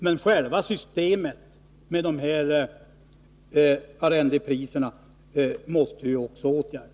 Men själva systemet med dessa arrendepriser måste åtgärdas.